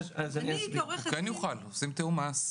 הוא יוכל: עושים תאום מס.